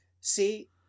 See